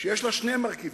שיש לה שני מרכיבים: